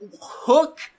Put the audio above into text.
hook